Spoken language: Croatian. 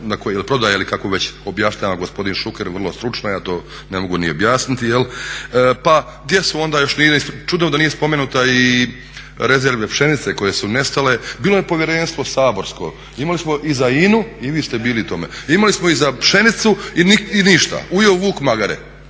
ne znam jel prodaja ili kako već objašnjava gospodin Šuker vrlo stručno, ja to ne mogu ni objasniti jel. Pa gdje su onda još, čudno da nisu spomenute i rezerve pšenice koje su nestale. Bilo je povjerenstvo saborsko, imali smo i za INA-u i vi ste bili u tome, imali smo i za pšenicu i ništa. Ujeo vuk magare.